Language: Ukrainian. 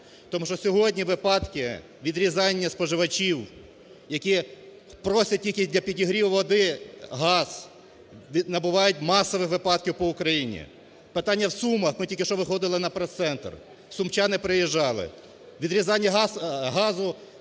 тому що сьогодні випадки відрізання споживачів, які просять тільки для підігріву води газ набувають масових випадків по Україні. Питання в Сумах, ми тільки що виходили на прес-центр, сумчани приїжджали. Відрізання газу